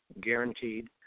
guaranteed